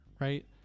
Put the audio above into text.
right